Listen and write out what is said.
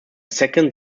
second